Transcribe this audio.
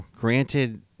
Granted